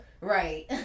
Right